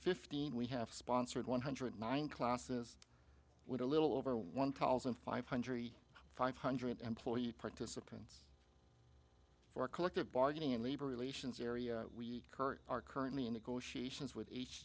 fifteen we have sponsored one hundred nine classes with a little over one thousand five hundred five hundred employees participants for collective bargaining and labor relations area we current are currently in negotiations with